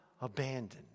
abandoned